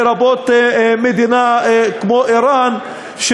לרבות במדינה כמו איראן,